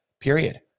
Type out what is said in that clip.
period